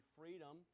freedom